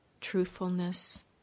truthfulness